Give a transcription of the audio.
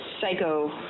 psycho